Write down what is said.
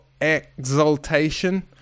exaltation